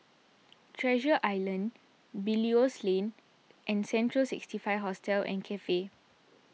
Treasure Island Belilios Lane and Central sixty five Hostel and Cafe